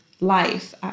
life